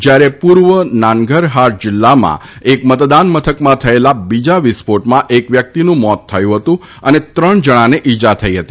જ્યારે પૂર્વ નાનઘરહાર જિલ્લામાં એક મતદાન મથકમાં થયેલા બીજા વિસ્ફોટમાં એક વ્યક્તિનું મોત થયું હતું અને ત્રણ જણાને ઇજા થઇ હતી